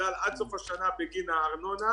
--- מוגדל עד סוף השנה בגין הארנונה,